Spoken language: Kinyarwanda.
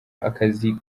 akazi